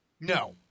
No